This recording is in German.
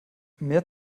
mehr